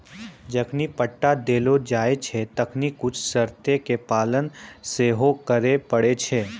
जखनि पट्टा देलो जाय छै तखनि कुछु शर्तो के पालन सेहो करै पड़ै छै